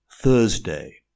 Thursday